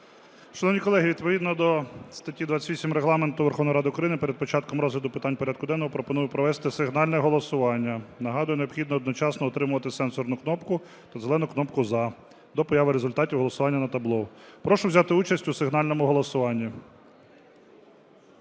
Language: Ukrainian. Шановні колеги, відповідно до статті 28 Регламенту Верховної Ради України перед початком розгляду питань порядку денного пропоную провести сигнальне голосування. Нагадую, необхідно одночасно утримувати сенсорну кнопку та зелену кнопку "За" до появи результатів голосування на табло. Прошу взяти участь у сигнальному голосуванні.